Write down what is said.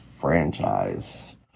franchise